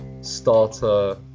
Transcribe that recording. starter